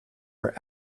are